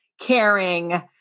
caring